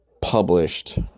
published